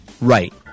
right